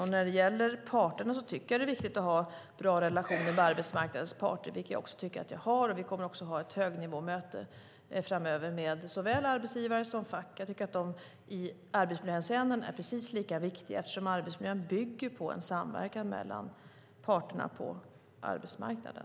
Jag tycker att det är viktigt att ha bra relationer med arbetsmarknadens parter. Det tycker jag också att jag har. Vi kommer att ha ett högnivåmöte framöver med såväl arbetsgivare som fack. I arbetsmiljöhänseende är de lika viktiga eftersom arbetsmiljön bygger på en samverkan mellan parterna på arbetsmarknaden.